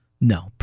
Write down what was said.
No